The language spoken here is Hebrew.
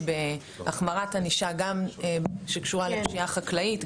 בהחמרת ענישה שקשורה לפשיעה חקלאית,